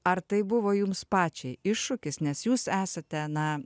ar tai buvo jums pačiai iššūkis nes jūs esate na